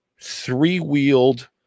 three-wheeled